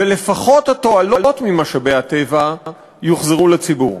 ולפחות שהתועלות ממשאבי הטבע יוחזרו לציבור.